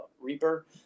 reaper